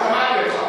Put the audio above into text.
תהיה פה מלחמה בגללם.